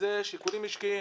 ואלו שיקולים משקיים